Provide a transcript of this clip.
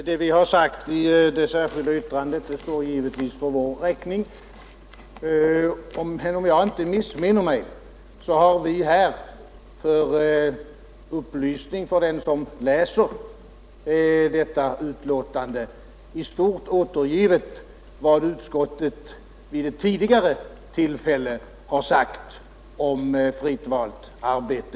Herr talman! Vad vi sagt i det särskilda yttrandet står givetvis för vår räkning. Om jag inte missminner mig har vi här — jag säger det som en upplysning för den som läser detta betänkande — i stort sett återgivit vad utskottet vid ett tidigare tillfälle sagt om fritt valt arbete.